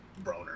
Broner